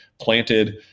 planted